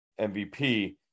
MVP